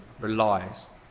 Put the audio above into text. relies